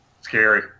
Scary